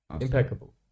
impeccable